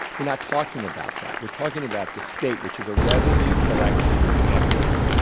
we're not talking about that, we're talking about the state which is a revenue-collection mechanism.